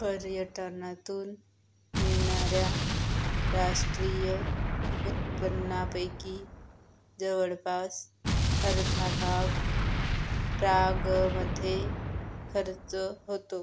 पर्यटनातून मिळणाऱ्या राष्ट्रीय उत्पन्नापैकी जवळपास अर्धा भाग प्रागमध्ये खर्च होतो